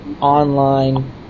online